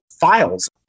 files